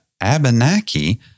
abenaki